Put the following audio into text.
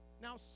now